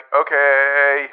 okay